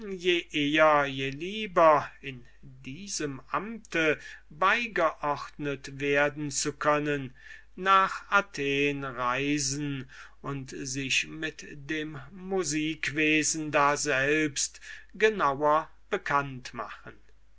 je bälder je lieber in diesem amte beigeordnet werden zu können nach athen reisen und sich mit dem musikwesen daselbst genauer bekannt machen